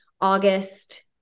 August